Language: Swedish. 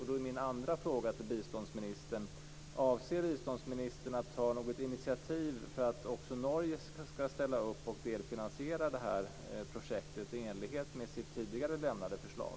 Då är min andra fråga till biståndsministern: Avser biståndsministern att ta något initiativ för att också Norge skall ställa upp och delfinansiera det här projektet i enlighet med sitt tidigare lämnade förslag?